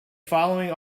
following